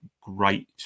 great